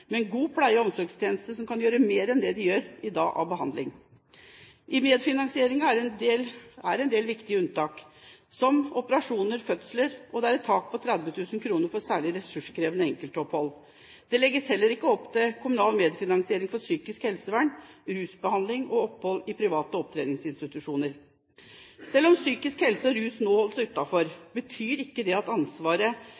med en god pleie- og omsorgstjeneste som kan gjøre mer enn det den gjør i dag av behandling. I medfinansieringen er det en del viktige unntak når det gjelder innleggelser, som operasjoner, fødsler, og det er et tak på 30 000 kr for særlig ressurskrevende enkeltopphold. Det legges heller ikke opp til kommunal medfinansiering for psykisk helsevern, rusbehandling og opphold i private opptreningsinstitusjoner. Selv om psykisk helse og rus nå holdes